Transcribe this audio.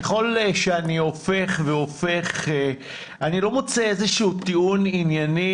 ככל שאני הופך והופך אני לא מוצא איזה שהוא טיעון ענייני,